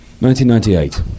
1998